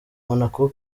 monaco